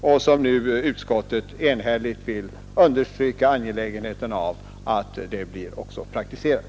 Trafikutskottet har alltså nu enhälligt understrukit angelägenheten av att det som riksdagen uttalade år 1970 också blir praktiserat.